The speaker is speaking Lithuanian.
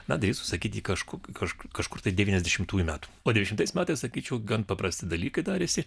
na drįstu sakyti kažkur kažką kažkur tai devyniasdešimtųjų metų o kitais metais sakyčiau gan paprasti dalykai darėsi